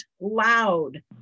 Loud